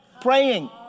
praying